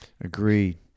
Agreed